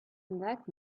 that